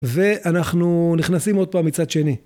ואנחנו נכנסים עוד פעם מצד שני.